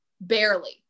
barely